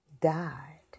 died